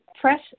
press